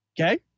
Okay